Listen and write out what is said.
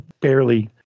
barely